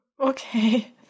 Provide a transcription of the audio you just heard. Okay